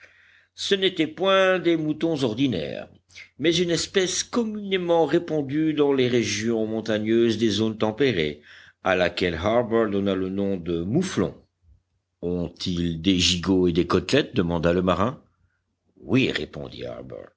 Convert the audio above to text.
ce n'étaient point des moutons ordinaires mais une espèce communément répandue dans les régions montagneuses des zones tempérées à laquelle harbert donna le nom de mouflons ont-ils des gigots et des côtelettes demanda le marin oui répondit